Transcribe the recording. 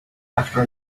after